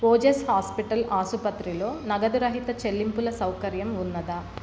Ojas hospital ఆసుపత్రిలో నగదురహిత చెల్లింపుల సౌకర్యం ఉన్నదా